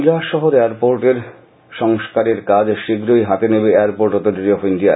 Kailashahar airport এর সংস্কারের কাজ শীঘ্রই হাতে নেবে এয়ারপোর্ট অখরিটি অব ইন্ডিয়া